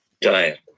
diet